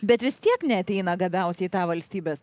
bet vis tiek neateina gabiausieji į tą valstybės